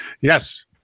Yes